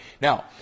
Now